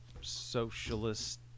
socialist